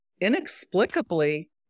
inexplicably